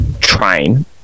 train